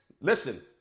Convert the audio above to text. listen